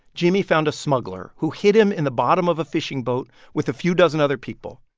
jimmy found a smuggler who hid him in the bottom of a fishing boat with a few dozen other people.